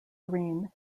green